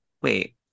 wait